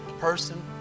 person